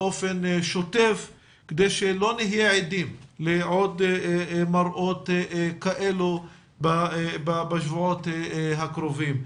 באופן שוטף כדי שלא נהיה עדים לעוד מראות כאלו בשבועות הקרובים.